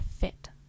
fit